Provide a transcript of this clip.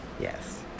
Yes